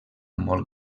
molt